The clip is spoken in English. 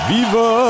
Viva